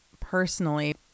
personally